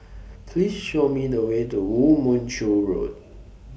Please Show Me The Way to Woo Mon Chew Road